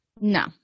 No